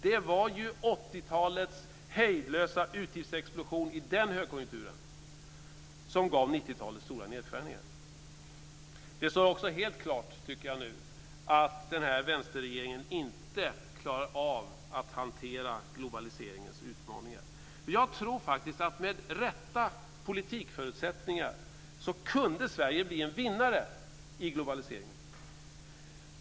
Det var 80 talets hejdlösa utgiftsexplosion i den högkonjunkturen som gav 90-talets stora nedskärningar. Det står nu helt klart, tycker jag, att vänsterregeringen inte klarar av att hantera globaliseringens utmaningar. Jag tror att Sverige med rätta politikförutsättningar kunde bli en vinnare i globaliseringen.